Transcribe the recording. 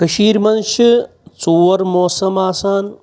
کٔشیٖرِ منٛز چھِ ژور موسَم آسان